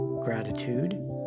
Gratitude